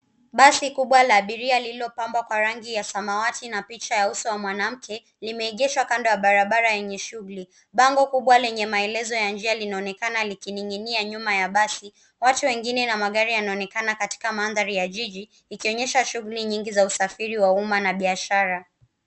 Basi kubwa la abiria lililopambwa kwa rangi ya samawati na picha ya uso wa mwanamke, limeegeshwa kando ya barabara yenye shughuli. Bango kubwa lenye maelezo ya njia linaonekana likining'inia nyuma ya basi, watu wengine na magari yanaonekana katika mandhari ya jiji, ikionyesha shughuli nyingi za usafiri wa umma na biashara.